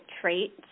traits